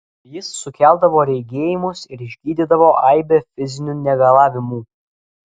jis sukeldavo regėjimus ir išgydydavo aibę fizinių negalavimų